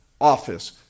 office